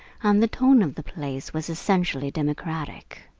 and the tone of the place was essentially democratic.